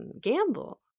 gamble